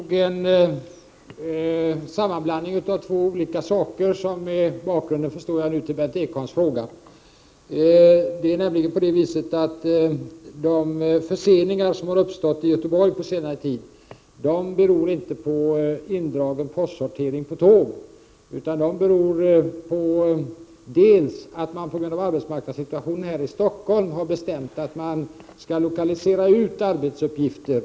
Herr talman! Bakgrunden till Berndt Ekholms fråga är nog en sammanblandning av två olika saker, förstår jag nu. Det är nämligen så att de förseningar som har uppstått i Göteborg på senare tid inte beror på indragen postsortering på tåg, utan de beror på att man på grund av arbetsmarknadssituationen här i Stockholm har bestämt att man skall lokalisera ut arbetsuppgifter.